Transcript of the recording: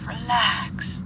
Relax